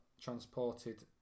transported